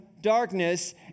darkness